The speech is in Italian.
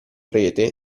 rete